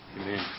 Amen